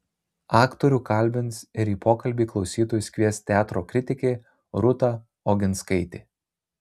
aktorių kalbins ir į pokalbį klausytojus kvies teatro kritikė rūta oginskaitė